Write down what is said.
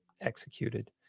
executed